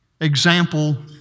example